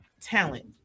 talent